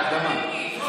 את ההקדמה.